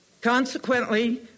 Consequently